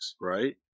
Right